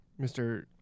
Mr